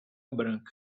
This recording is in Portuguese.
branca